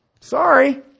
Sorry